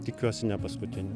tikiuosi ne paskutinių